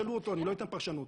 סליחה, אתה בקריאה פעם ראשונה.